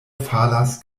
falas